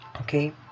okay